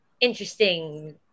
interesting